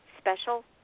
special